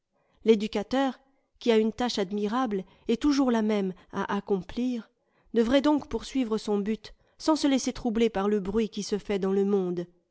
l'éducateur qui a une tâche admirable et toujours la même à accomplir devrait donc poursuivre son but sans se laisser troubler par le bruit qui se fait dans le monde